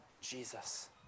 Jesus